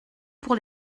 pour